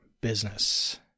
business